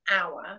hour